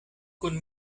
kun